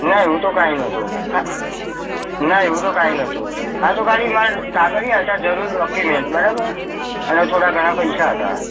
ના એવું તો કાંઈ નહોતું હા ના એવું તો કાંઈ નહોતું આ તો ખાલી મારાં કાગળિયાં હતાં જરૂરી ડોક્યુમેન્ટ્સ બરાબર અને થોડા ઘણા પૈસા હતા